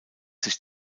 sich